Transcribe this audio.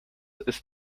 ist